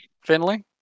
Finley